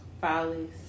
Follies